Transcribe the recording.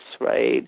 right